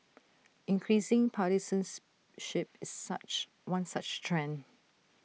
increasing partisans ship such one such trend